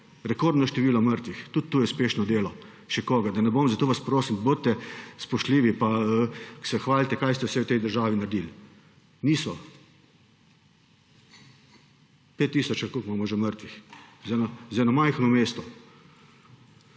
Rekordno število mrtvih, tudi to je »uspešno« delo še koga. Zato vas prosim, bodite spoštljivi, ko se hvalite, kaj vse ste v tej državi naredili. Niso! 5 tisoč ali koliko imamo že mrtvih, za eno majhno mesto.